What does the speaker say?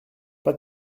pas